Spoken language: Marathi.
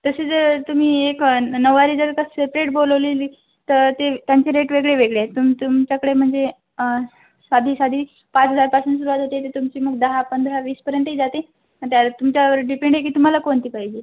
तसे जर तुम्ही एक नऊवारी जर का सेप्रेट बोलवलेली तर ते त्यांचे रेट वेगळेवेगळे आहेत तुम तुमच्याकडे म्हणजे साधी साधी पाच हजारपासून चालू होते ते तुमची मग ती दहा पंधरा वीस पर्यंतही जाते मग त्यावेळेस तुमच्यावर डिपेंड आहे की तुम्हाला कोणती पाहिजे